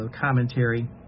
commentary